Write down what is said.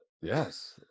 Yes